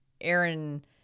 Aaron